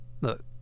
Look